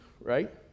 right